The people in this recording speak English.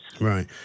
right